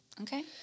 Okay